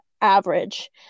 average